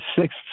sixth